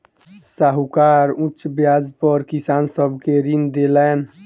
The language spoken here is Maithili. साहूकार उच्च ब्याज पर किसान सब के ऋण देलैन